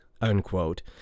unquote